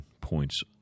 points